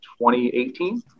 2018